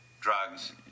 drugs